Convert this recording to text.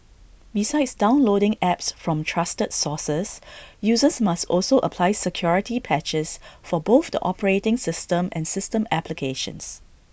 besides downloading apps from trusted sources users must also apply security patches for both the operating system and system applications